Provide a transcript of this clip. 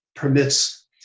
Permits